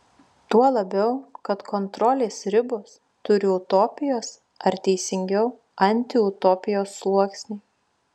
tuo labiau kad kontrolės ribos turi utopijos ar teisingiau antiutopijos sluoksnį